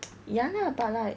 ya but like